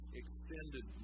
extended